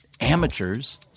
amateurs